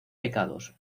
pecados